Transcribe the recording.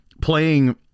playing